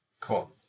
Cool